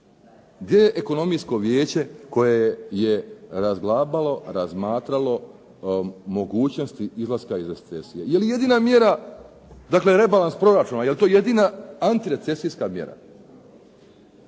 Gdje je Ekonomijsko vijeće koje je razglabalo, razmatralo mogućnosti izlaska iz recesije? Je li jedina mjera dakle rebalans proračuna, je li to jedina antirecesijska mjera?